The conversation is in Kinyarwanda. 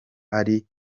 ari